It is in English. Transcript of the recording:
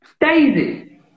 Daisy